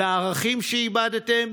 לערכים שאיבדתם?